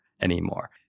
anymore